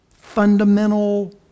fundamental